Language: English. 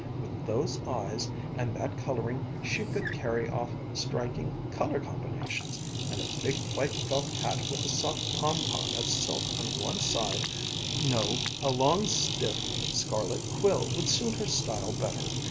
with those eyes and that coloring she could carry off striking color combinations and a big white felt hat with a soft pompon of silk on one side no, a long, stiff, scarlet quill would suit her style better.